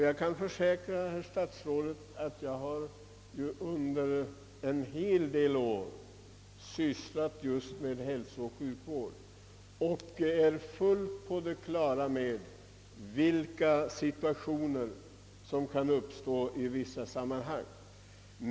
Jag kan försäkra herr statsrådet att jag under en hel del år har sysslat just med hälsooch sjukvård och är fullt på det klara med vilka situationer som kan uppstå.